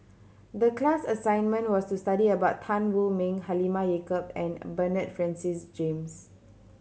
the class assignment was to study about Tan Wu Meng Halimah Yacob and Bernard Francis James